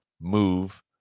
move